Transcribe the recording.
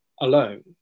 alone